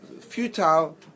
futile